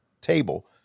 table